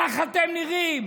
כך אתם נראים.